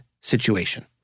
situation